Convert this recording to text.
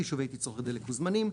חישובי תצרוכת דלק וזמנים,